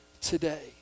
today